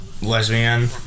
lesbian